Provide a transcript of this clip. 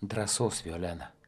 drąsos violena